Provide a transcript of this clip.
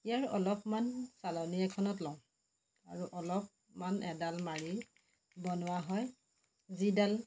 ইয়াৰ অলপমান চালনী এখনত লওঁ আৰু অলপমান এডাল মাৰি বনোৱা হয় যিডাল